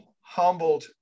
humbled